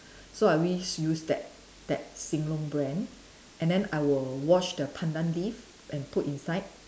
so I always use that that sing long brand and then I will wash the Pandan leaf and put inside